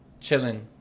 chilling